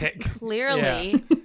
clearly